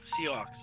Seahawks